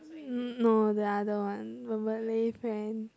no the other one my Malay friend